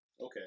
Okay